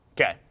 Okay